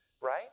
right